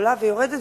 עולה ויורדת,